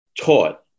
taught